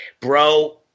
Bro